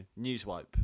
Newswipe